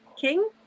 king